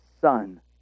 son